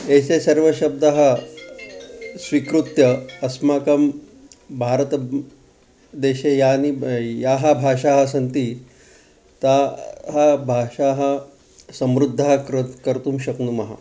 एते सर्वे शब्दाः स्वीकृत्य अस्माकं भारतदेशे याः ब् याः भाषाः सन्ति ताः भाषाः समृद्धाः कर् कर्तुं शक्नुमः